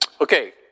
Okay